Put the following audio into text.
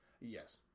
Yes